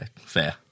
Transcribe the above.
Fair